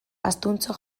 astuntxo